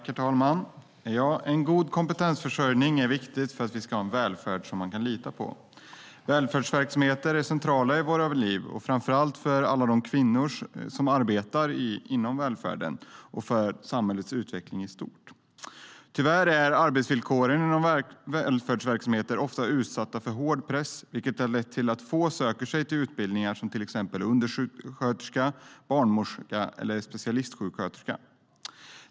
Herr talman! En god kompetensförsörjning är viktig för att vi ska ha en välfärd som man kan lita på. Välfärdsverksamheter är centrala i våra liv, framför allt för alla kvinnor som arbetar inom välfärden och för samhällets utveckling i stort. Tyvärr är arbetsvillkoren i välfärdsverksamheter ofta utsatta för en hård press, vilket har lett till att alltför få söker sig till utbildningar till exempelvis undersköterska, barnmorska och specialistsjuksköterska.